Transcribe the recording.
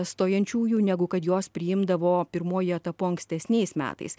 stojančiųjų negu kad juos priimdavo pirmuoju etapu ankstesniais metais